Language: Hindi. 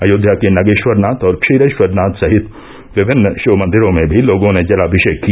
अयोध्या के नागेष्वरनाथ और क्षीरेष्वरनाथ सहित विभिन्न षिव मंदिरो में भी लोगों ने जलाभिशेक किया